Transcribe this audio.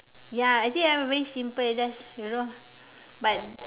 ya I think I'm very simple just you know but